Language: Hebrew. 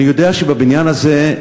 אני יודע שהבניין הזה,